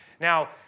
Now